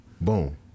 boom